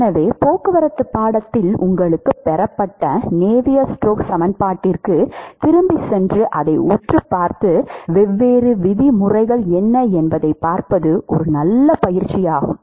எனவே போக்குவரத்துப் பாடத்தில் உங்களுக்குப் பெறப்பட்ட நேவியர் ஸ்டோக்ஸ் சமன்பாட்டிற்குத் திரும்பிச் சென்று அதை உற்றுப் பார்த்து வெவ்வேறு விதிமுறைகள் என்ன என்பதைப் பார்ப்பது ஒரு நல்ல பயிற்சியாகும்